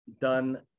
done